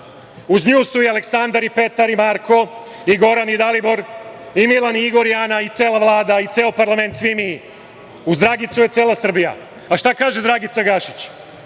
Uz nju su i Aleksandar i Petar i Marko i Goran i Dalibor i Milan i Igor i Ana i cela Vlada i ceo parlament, svi mi. Uz Dragicu je cela Srbija. Šta kaže Dragica Gašić?